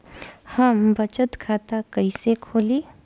हम बचत खाता कइसे खोलीं?